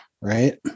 right